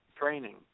training